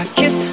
kiss